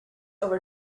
over